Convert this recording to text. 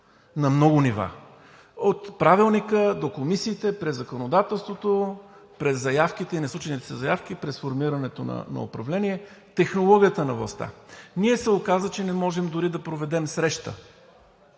на много нива – от Правилника до комисиите, през законодателството, през заявките, неслучилите се заявки, през формирането на управление, технологията на властта. Ние се оказа, че не можем дори да проведем среща,